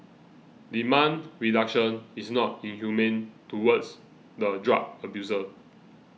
demand reduction is not inhumane towards the drug abuser